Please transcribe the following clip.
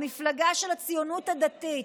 המפלגה של הציונות הדתית,